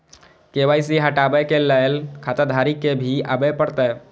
KYC हटाबै के लैल खाता धारी के भी आबे परतै?